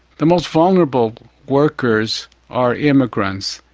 the most vulnerable workers are immigrants,